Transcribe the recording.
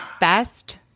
best